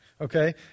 okay